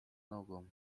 nogą